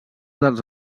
dels